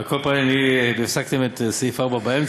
על כל פנים, הפסקתם את סעיף 4 באמצע,